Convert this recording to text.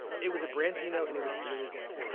it was a branzino and it was really good.